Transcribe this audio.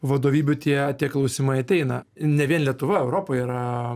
vadovybių tie tie klausimai ateina ne vien lietuva europa yra